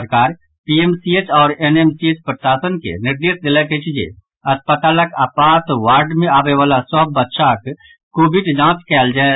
सरकार पीएमसीएच आओर एनएमसीएच प्रशासन के निर्देश देलक अछि जे अस्पतालक आपात वार्ड मे आबयवला सभ बच्चाक कोविड जांच कयल जाय